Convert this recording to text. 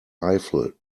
eiffel